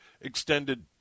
extended